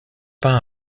pain